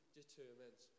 determines